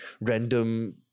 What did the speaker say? random